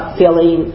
feeling